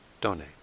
donate